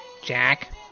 Jack